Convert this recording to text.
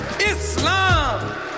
Islam